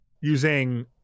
Using